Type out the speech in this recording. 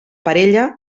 parella